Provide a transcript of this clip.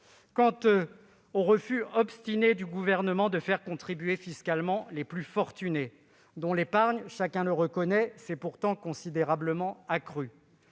Quant au refus obstiné du Gouvernement de faire contribuer fiscalement les plus fortunés, dont chacun reconnaît que l'épargne s'est pourtant considérablement accrue,